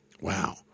Wow